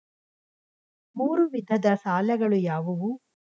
ಮೂರು ವಿಧದ ಸಾಲಗಳು ಯಾವುವು?